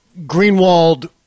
Greenwald